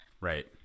Right